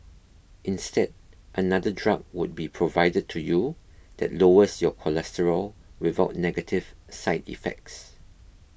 instead another drug would be provided to you that lowers your cholesterol without negative side effects